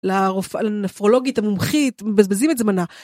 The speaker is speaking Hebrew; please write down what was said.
לנפרולוגית המומחית, מבזבזים את זמנה.